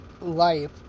life